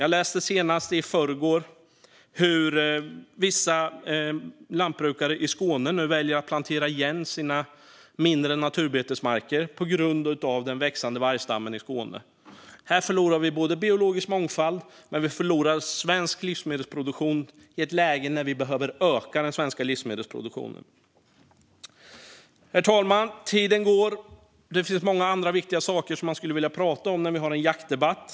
Jag läste senast i förrgår att vissa lantbrukare i Skåne nu väljer att plantera igen sina mindre naturbetesmarker, på grund av den växande vargstammen i Skåne. Här förlorar vi biologisk mångfald, men vi förlorar också svensk livsmedelsproduktion i ett läge när den behöver öka. Herr talman! Det finns många andra viktiga saker jag skulle vilja prata om i en jaktdebatt.